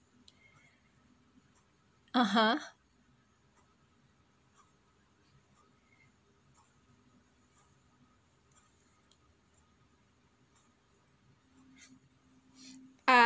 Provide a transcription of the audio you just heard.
(uh huh) uh